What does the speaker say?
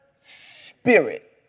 spirit